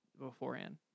beforehand